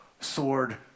sword